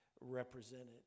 represented